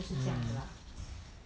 mm